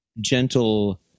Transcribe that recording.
gentle